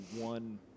one